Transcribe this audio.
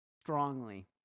strongly